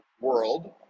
world